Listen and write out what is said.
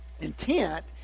intent